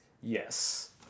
yes